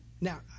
Now